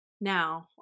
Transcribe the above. Now